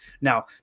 Now